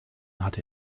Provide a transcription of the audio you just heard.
hatte